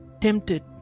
tempted